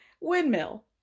windmill